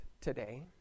today